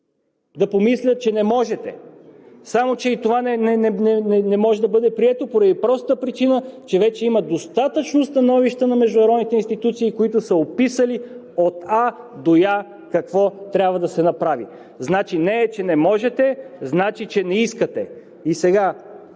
да помисля, че не можете, само че и това не може да бъде прието поради простата причина, че вече има достатъчно становища на международните институции, в които са описали от „А“ до „Я“ какво трябва да се направи. Значи не е, че не можете, а значи, че не искате! Този